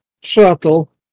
shuttle